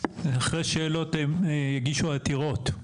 אחרי שאלות יגישו עתירות.